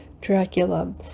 Dracula